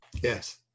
Yes